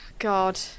God